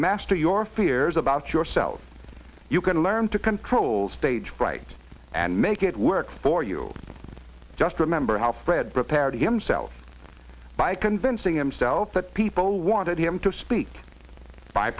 master your fears about yourself you can learn to control stage fright and make it work for you just remember how fred prepared himself by convincing himself that people wanted him to speak by